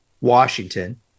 Washington